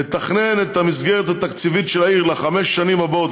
ולתכנן את המסגרת התקציבית של העיר לחמש השנים הבאות,